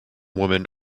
woman